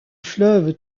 fleuve